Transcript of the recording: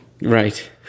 Right